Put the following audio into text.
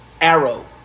arrow